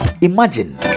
Imagine